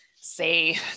say